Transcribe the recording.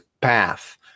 path